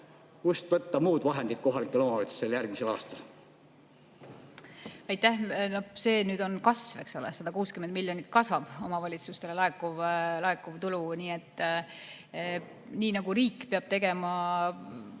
Kust võtta muud vahendid kohalikele omavalitsustele järgmisel aastal?